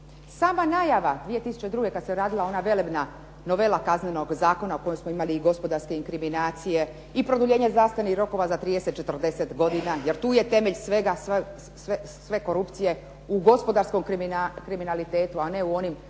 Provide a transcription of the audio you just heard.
Sama najava 2002. kada se radila ona velebna novela kaznenog zakona o kojoj smo imali i gospodarske inkriminacije i produljenje zastare rokova za 30, 40 godina, jer tu je temelj svega, sve korupcije, u gospodarskom kriminalitetu, a ne u onim dodatnim